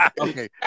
Okay